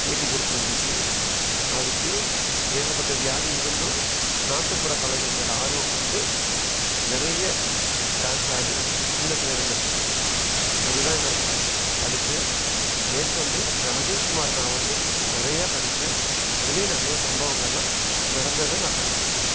பேட்டி கொடுத்துருந்துச்சி அதுக்கு ஏகப்பட்ட வியாதி இருந்தும் நாட்டுப்புற கலைகள் மேலே ஆர்வம் கொண்டு நிறைய டான்ஸ் ஆடி கின்னஸில் இடம் பெற்றுக்குது அது தான் நான் இப்போ படிச்சேன் மேற்கொண்டு ராஜேஷ் குமார் நாவலு நிறையா படிப்பேன் அதுலையும் நிறையா சம்பவங்கள் எல்லாம் நடந்ததை நான் படிச்சுருக்கேன்